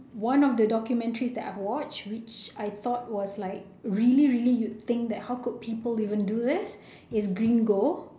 one of the documentaries that I've watched which I thought was like really really you think that how could people even do that is gringo